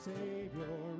Savior